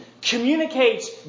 communicates